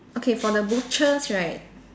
okay for the butchers right